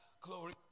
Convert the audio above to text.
Glory